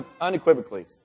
unequivocally